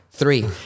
Three